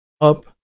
Up